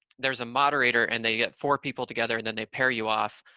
there's a moderator, and they get four people together, and then they pair you off,